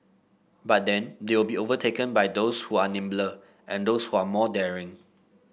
but then they will be overtaken by those who are nimbler and those who are more daring